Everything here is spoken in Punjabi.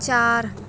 ਚਾਰ